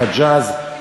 חיג'אז,